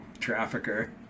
Trafficker